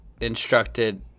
instructed